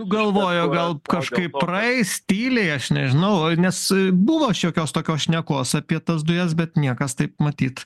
galvojo gal kažkaip praeis tyliai aš nežinau nes buvo šiokios tokios šnekos apie tas dujas bet niekas taip matyt